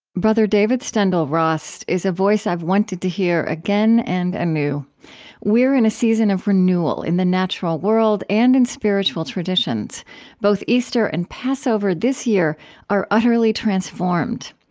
david steindl-rast is a voice i've wanted to hear again and anew. we're in a season of renewal in the natural world and in spiritual traditions both easter and passover this year are utterly transformed.